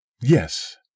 Yes